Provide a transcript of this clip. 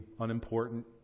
unimportant